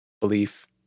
belief